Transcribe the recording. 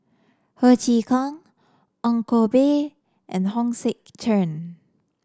Ho Chee Kong Ong Koh Bee and Hong Sek Chern